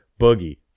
Boogie